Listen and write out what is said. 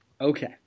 Okay